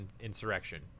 insurrection